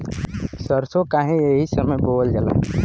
सरसो काहे एही समय बोवल जाला?